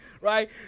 right